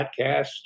podcast